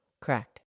Correct